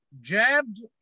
jabbed